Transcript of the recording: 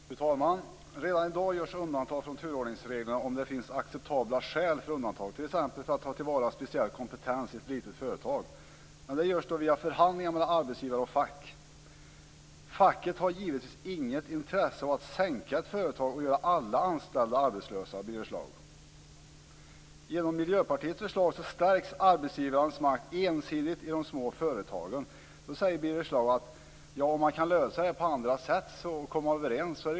Fru talman! Redan i dag görs undantag från turordningsreglerna om det finns acceptabla skäl, t.ex. för att ta till vara speciell kompetens i ett litet företag. Det görs via förhandlingar mellan arbetsgivare och fack. Facket har givetvis inget intresse av att sänka ett företag och göra alla anställda arbetslösa, Birger Schlaug säger att det inte är något problem om man kan lösa det på annat sätt och komma överens.